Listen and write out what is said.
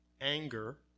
anger